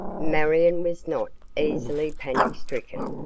marion was not easily panic-stricken,